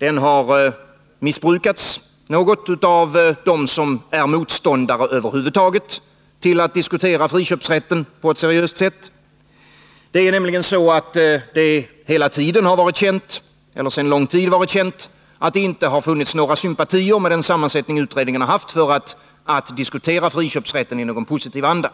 har missbrukats något av dem som är motståndare över huvud taget till att diskutera friköpsrätten på ett seriöst sätt. Det har nämligen sedan lång tid varit känt att det inte funnits några sympatier med den sammansättning utredningen haft att där diskutera friköpsrätten i positiv anda.